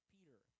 Peter